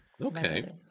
Okay